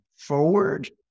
forward